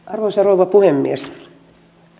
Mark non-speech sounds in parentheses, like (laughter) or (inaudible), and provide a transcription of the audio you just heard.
(unintelligible) arvoisa rouva puhemies